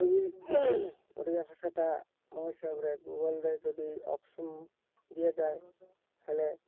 ଯଦି ଓଡ଼ିଆ ଭାଷାଟା ମୋ ହିସାବରେ ଗୁଗଲ୍ରେ ଯଦି ଅପସନ୍ ଦିଆଯାଏ ହେଲେ